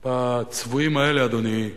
בצבועים האלה, אדוני,